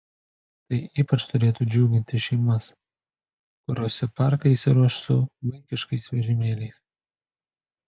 tai ypač turėtų džiuginti šeimas kurios į parką išsiruoš su vaikiškais vežimėliais